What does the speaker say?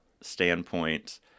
standpoint